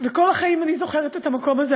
כל החיים אני זוכרת את המקום הזה,